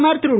பிரதமர் திரு